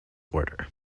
order